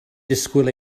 disgwyl